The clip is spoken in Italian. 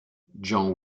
john